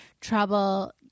trouble